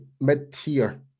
mid-tier